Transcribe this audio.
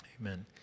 Amen